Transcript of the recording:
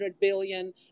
billion